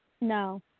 No